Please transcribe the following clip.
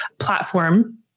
platform